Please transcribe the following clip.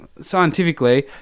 scientifically